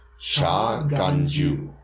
Cha-ganju